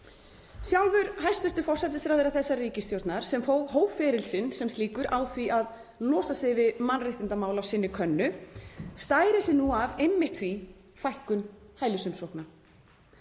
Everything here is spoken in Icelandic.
Sjálfur hæstv. forsætisráðherra þessarar ríkisstjórnar, sem hóf feril sinn sem slíkur á því að losa sig við mannréttindamál af sinni könnu, stærir sig nú af einmitt því; fækkun hælisumsókna.